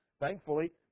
thankfully